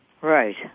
Right